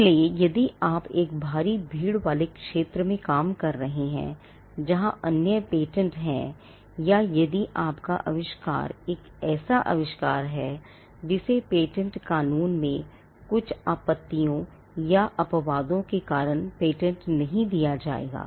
इसलिए यदि आप एक भारी भीड़ वाले क्षेत्र में काम कर रहे हैं जहां अन्य पेटेंट हैं या यदि आपका आविष्कार एक ऐसा आविष्कार है जिसे पेटेंट कानून में कुछ आपत्तियों या अपवादों के कारण पेटेंट नहीं दिया जाएगा